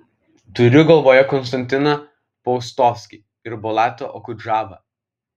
turiu galvoje konstantiną paustovskį ir bulatą okudžavą